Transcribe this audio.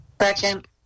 Second